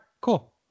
cool